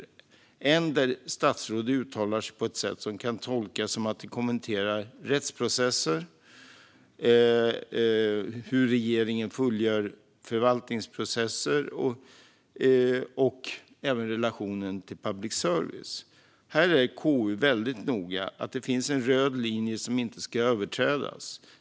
I den ena har statsråd uttalat sig på ett sätt som kan tolkas som att de kommenterar rättsprocesser, hur regeringen fullgör förvaltningsuppgifter och även relationen till public service. Här är KU väldigt noga, och det finns en röd linje som inte ska överträdas.